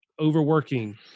overworking